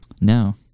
No